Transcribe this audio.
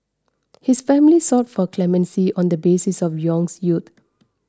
his family sought for clemency on the basis of Yong's youth